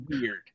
weird